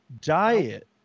diet